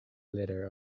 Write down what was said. letter